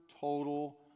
total